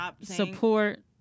support